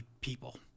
people